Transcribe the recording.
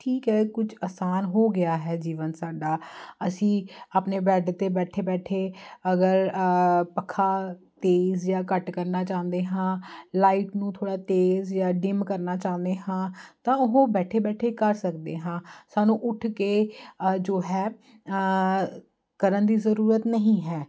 ਠੀਕ ਹੈ ਕੁਝ ਆਸਾਨ ਹੋ ਗਿਆ ਹੈ ਜੀਵਨ ਸਾਡਾ ਅਸੀਂ ਆਪਣੇ ਬੈਡ 'ਤੇ ਬੈਠੇ ਬੈਠੇ ਅਗਰ ਪੱਖਾ ਤੇਜ਼ ਜਾਂ ਘੱਟ ਕਰਨਾ ਚਾਹੁੰਦੇ ਹਾਂ ਲਾਈਟ ਨੂੰ ਥੋੜ੍ਹਾ ਤੇਜ਼ ਜਾਂ ਡਿਮ ਕਰਨਾ ਚਾਹੁੰਦੇ ਹਾਂ ਤਾਂ ਉਹ ਬੈਠੇ ਬੈਠੇ ਕਰ ਸਕਦੇ ਹਾਂ ਸਾਨੂੰ ਉੱਠ ਕੇ ਅ ਜੋ ਹੈ ਕਰਨ ਦੀ ਜ਼ਰੂਰਤ ਨਹੀਂ ਹੈ